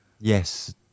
Yes